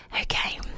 Okay